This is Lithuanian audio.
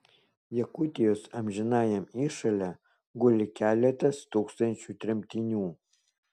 jakutijos amžinajam įšale guli keletas tūkstančių tremtinių